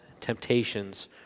temptations